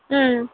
ம்